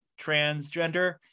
transgender